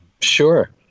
Sure